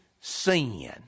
sin